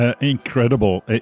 Incredible